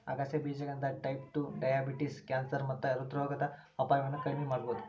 ಆಗಸೆ ಬೇಜಗಳಿಂದ type two diabetes, cancer ಮತ್ತ ಹೃದ್ರೋಗದ ಅಪಾಯವನ್ನ ಕಡಿಮಿ ಮಾಡಬೋದು